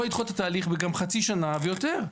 יכול לדחות את ההליך גם חצי שנה ויותר.